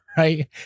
Right